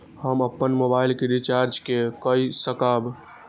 हम अपन मोबाइल के रिचार्ज के कई सकाब?